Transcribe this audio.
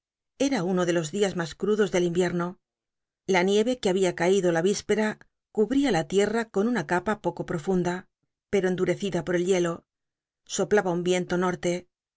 era uno de los dias mas ctudos del itwiemo la niel'e que había caído la ispera cubria la lierm con tma capa poco profunda pero enduj'ccida por el hielo soplaba un l'icnlo norte